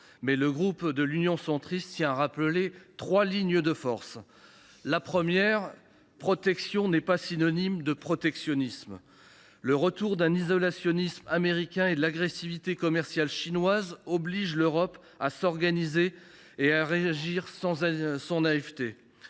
Mais le groupe de l’Union Centriste tient à rappeler trois lignes de force. Première ligne de force, protection n’est pas synonyme de protectionnisme. Le retour d’un isolationnisme américain et de l’agressivité commerciale chinoise oblige l’Europe à s’organiser et à réagir sans naïveté.